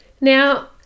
Now